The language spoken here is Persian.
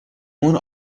اون